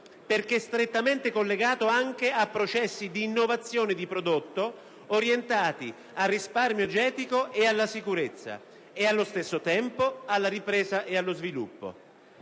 perché strettamente collegato anche a processi di innovazione di prodotto orientati al risparmio energetico e alla sicurezza e, allo stesso tempo, alla ripresa e allo sviluppo.